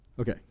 Okay